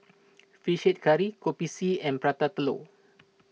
Fish Head Curry Kopi C and Prata Telur